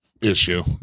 issue